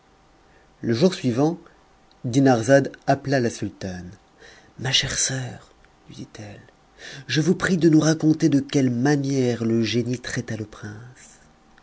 le jour suivant dinarzade appela la sultane ma chère soeur lui dit-elle je vous prie de nous raconter de quelle manière le génie traita le prince